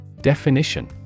Definition